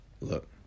look